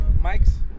mike's